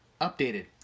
updated